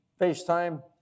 FaceTime